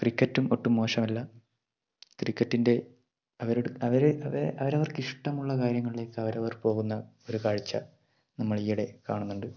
ക്രിക്കറ്റും ഒട്ടും മോശമല്ല ക്രിക്കറ്റിൻ്റെ അവരുടെ അവർ അവർ അവർക്കിഷ്ടമുള്ള കാര്യങ്ങളിലേക്ക് അവരവർ പോകുന്ന ഒരു കാഴ്ച് നമ്മൾ ഈയിടെ കാണുന്നുണ്ട്